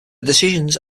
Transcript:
decisions